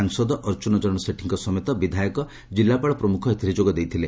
ସାଂସଦ ଅର୍ଜ୍ରୁନ ଚରଣ ସେଠୀଙ୍କ ସମେତ ବିଧାୟକ ଜିଲ୍ଲାପାଳ ପ୍ରମୁଖ ଯୋଗ ଦେଇଥିଲେ